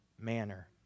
manner